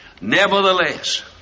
Nevertheless